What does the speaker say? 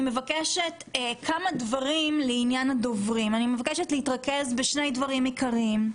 אני מבקשת מהדוברים להתרכז בשני דברים עיקריים: